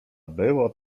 było